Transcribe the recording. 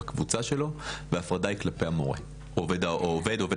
בקבוצה שלו וההפרדה היא כלפי המורה או עובד ההוראה.